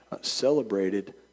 celebrated